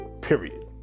period